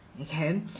okay